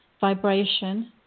vibration